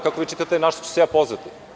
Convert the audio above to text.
Kako vi čitate na šta ću se ja pozvati?